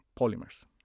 polymers